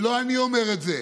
ולא אני אומר את זה,